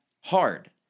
hard